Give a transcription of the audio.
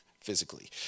physically